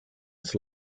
his